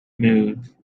move